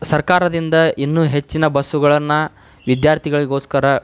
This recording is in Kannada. ಸರ್ಕಾರದಿಂದ ಇನ್ನು ಹೆಚ್ಚಿನ ಬಸ್ಸುಗಳನ್ನು ವಿದ್ಯಾರ್ಥಿಗಳಿಗೋಸ್ಕರ